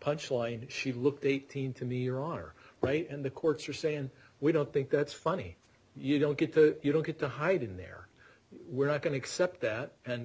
punchline she looked eighteen to me you're on our way and the courts are saying we don't think that's funny you don't get the you don't get to hide in there we're not going to accept that and